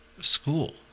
school